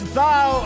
thou